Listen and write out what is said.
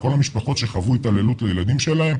עם כל המשפחות שחוו התעללות בילדים שלהם,